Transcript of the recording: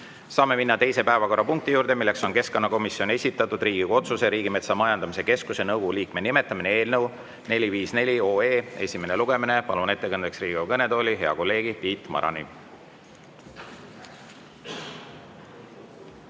Saame minna teise päevakorrapunkti juurde, milleks on keskkonnakomisjoni esitatud Riigikogu otsuse "Riigimetsa Majandamise Keskuse nõukogu liikme nimetamine" eelnõu 454 esimene lugemine. Palun ettekandeks Riigikogu kõnetooli hea kolleegi Tiit Marani.